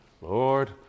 Lord